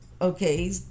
okay